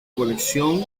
colección